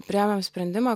priėmėm sprendimą